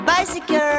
Bicycle